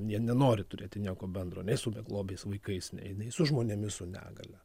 jie nenori turėti nieko bendro nei su beglobiais vaikais nei nei su žmonėmis su negalia